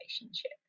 relationship